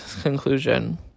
conclusion